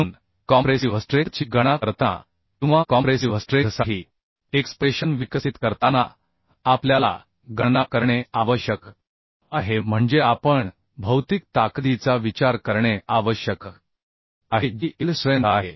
म्हणून कॉम्प्रेसिव्ह स्ट्रेंथची गणना करताना किंवा कॉम्प्रेसिव्ह स्ट्रेंथसाठी एक्सप्रेशन विकसित करताना आपल्याला गणना करणे आवश्यक आहे म्हणजे आपण भौतिक ताकदीचा विचार करणे आवश्यक आहे जी इल्ड स्ट्रेंथ आहे